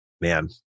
Man